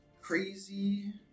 crazy